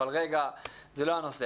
אבל זה לא הנושא